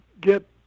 get